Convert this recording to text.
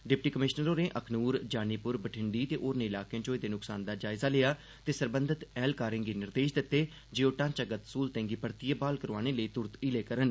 deputy commissioner होरें अखनूर जानीपुर भविंडी ते होरनें इलाकें च होए दे नुक्सान दा जायजा लैता ते सरबंघत ऐह्लकारें गी निर्देश दित्ते जे ओह् ढांचागत स्हूलतें गी परतियै ब्हाल करोआने लेई तुरत हीले करन